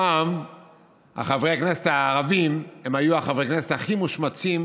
פעם חברי הכנסת הערבים היו חברי הכנסת הכי מושמצים